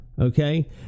okay